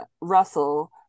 russell